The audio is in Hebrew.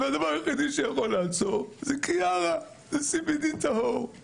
והדבר היחיד שיכול לעצור, זה קיארה, זה CBD טהור.